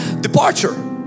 departure